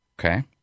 Okay